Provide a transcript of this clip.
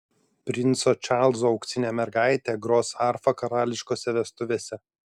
princo čarlzo auksinė mergaitė gros arfa karališkose vestuvėse